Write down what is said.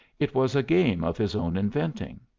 it was a game of his own inventing.